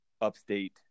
upstate